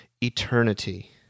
eternity